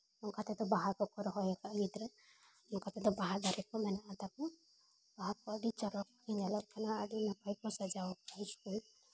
ᱚᱱᱠᱟ ᱛᱮᱫᱚ ᱵᱟᱦᱟ ᱠᱚᱠᱚ ᱨᱚᱦᱚᱭᱟᱠᱟᱫᱼᱟ ᱜᱤᱫᱽᱨᱟᱹ ᱱᱚᱝᱠᱟ ᱛᱮᱫᱚ ᱵᱟᱦᱟ ᱫᱟᱨᱮ ᱠᱚ ᱢᱮᱱᱟᱜᱼᱟ ᱛᱟᱠᱚ ᱵᱟᱦᱟ ᱠᱚ ᱟᱹᱰᱤ ᱪᱚᱨᱚᱠ ᱜᱮ ᱧᱮᱞᱚᱜ ᱠᱟᱱᱟ ᱟᱹᱰᱤ ᱱᱟᱯᱟᱭ ᱠᱚ ᱥᱟᱡᱟᱣᱟᱠᱟᱫᱼᱟ ᱥᱠᱩᱞ